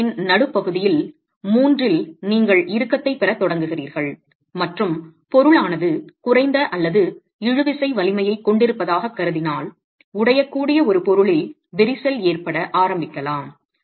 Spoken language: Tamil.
குறுக்குவெட்டின் நடுப்பகுதியில் மூன்றில் நீங்கள் இறுக்கத்தை பெறத் தொடங்குகிறீர்கள் மற்றும் பொருளானது குறைந்த அல்லது இழுவிசை வலிமையைக் கொண்டிருப்பதாகக் கருதினால் உடையக்கூடிய ஒரு பொருளில் விரிசல் ஏற்பட ஆரம்பிக்கலாம்